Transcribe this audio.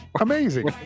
Amazing